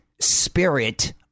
spirit